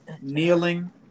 kneeling